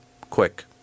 quick